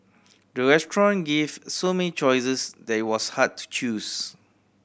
the restaurant gave so many choices that it was hard to choose